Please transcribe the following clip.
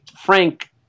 Frank